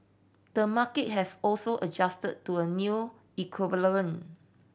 the market has also adjusted to a new equilibrium